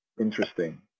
Interesting